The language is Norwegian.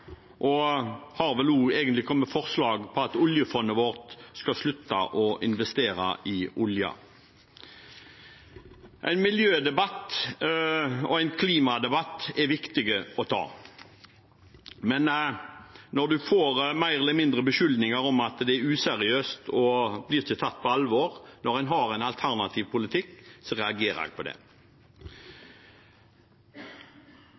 vel også egentlig kommet forslag om at oljefondet vårt skal slutte å investere i olje. En miljødebatt og en klimadebatt er viktig å ta, men når en får mer eller mindre beskyldninger om at det er useriøst, og en ikke blir tatt på alvor når en har en alternativ politikk, så reagerer jeg på det.